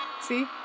See